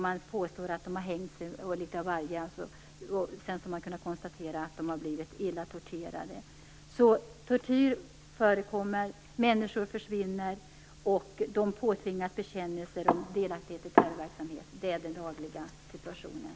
Man påstår att de har hängt sig osv., och sedan har det kunnat konstateras att de har blivit illa torterade. Tortyr förekommer alltså, och människor försvinner. De påtvingas bekännelser om delaktighet i terrorverksamhet. Det är den dagliga situationen.